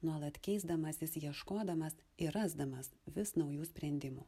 nuolat keisdamasis ieškodamas ir rasdamas vis naujų sprendimų